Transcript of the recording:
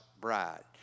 bride